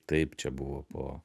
taip čia buvo po